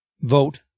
vote